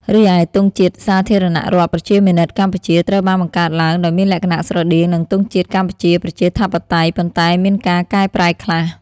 រីឯ ទង់ជាតិសាធារណរដ្ឋប្រជាមានិតកម្ពុជា ត្រូវបានបង្កើតឡើងដោយមានលក្ខណៈស្រដៀងនឹងទង់ជាតិកម្ពុជាប្រជាធិបតេយ្យ ប៉ុន្តែមានការកែប្រែខ្លះ។